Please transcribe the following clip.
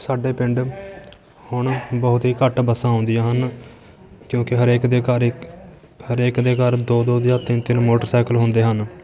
ਸਾਡੇ ਪਿੰਡ ਹੁਣ ਬਹੁਤ ਹੀ ਘੱਟ ਬੱਸਾਂ ਆਉਂਦੀਆਂ ਹਨ ਕਿਉਂਕਿ ਹਰੇਕ ਦੇ ਘਰ ਇੱਕ ਹਰੇਕ ਦੇ ਘਰ ਦੋ ਦੋ ਜਾਂ ਤਿੰਨ ਤਿੰਨ ਮੋਟਰਸਾਈਕਲ ਹੁੰਦੇ ਹਨ